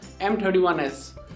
M31s